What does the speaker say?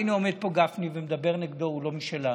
והינה עומד פה גפני ומדבר נגדו: הוא לא משלנו.